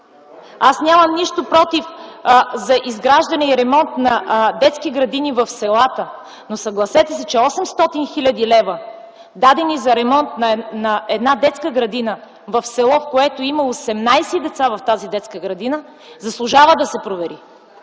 Аз нямам нищо против за изграждане и ремонт на детски градини в селата, но съгласете се, че 800 хил. лв., дадени за ремонт на една детска градина в село, в което има 18 деца в тази детска градина, заслужава да се провери.